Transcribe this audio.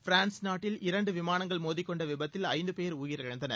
France நாட்டில் இரண்டு விமானங்கள் மோதி கொண்ட விபத்தில் ஐந்து பேர் உயிரிழந்தனர்